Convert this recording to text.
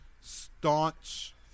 staunch